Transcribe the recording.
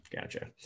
Gotcha